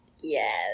Yes